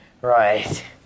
Right